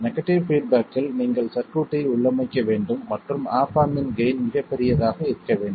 negative பீட்பேக்கில் நீங்கள் சர்க்யூட்டை உள்ளமைக்க வேண்டும் மற்றும் ஆப் ஆம்ப் இன் கெய்ன் மிகப் பெரியதாக இருக்க வேண்டும்